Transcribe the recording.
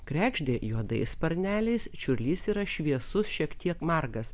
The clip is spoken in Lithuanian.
kregždė juodais sparneliais čiurlys yra šviesus šiek tiek margas